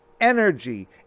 energy